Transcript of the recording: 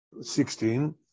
Sixteen